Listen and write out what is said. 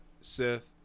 Sith